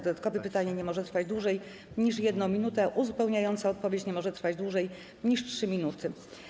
Dodatkowe pytanie nie może trwać dłużej niż 1 minutę, a uzupełniająca odpowiedź nie może trwać dłużej niż 3 minuty.